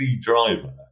driver